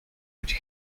which